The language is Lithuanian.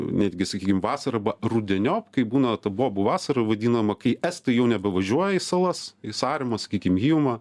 netgi sakykim vasarą arba rudeniop kai būna ta bobų vasara vadinama kai estai jau nebevažiuoja į salas į saremą sakykim hyjumą